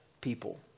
people